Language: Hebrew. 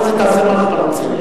אחרי זה תעשה מה שאתה רוצה.